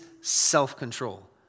self-control